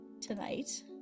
tonight